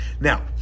Now